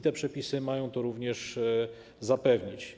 Te przepisy mają to również zapewnić.